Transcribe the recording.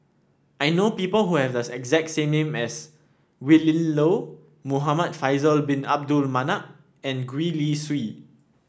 I know people who have the exact same name as Willin Low Muhamad Faisal Bin Abdul Manap and Gwee Li Sui